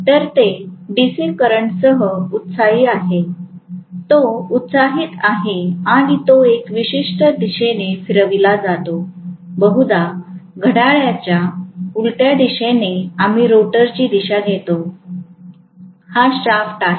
तर तो डीसी करंटसह उत्साही आहे तो उत्साहित आहे आणि तो एका विशिष्ट दिशेने फिरविला जातो बहुधा घड्याळाच्या उलट्या दिशेने आम्ही रोटेशनची दिशा घेतो हा शाफ्ट आहे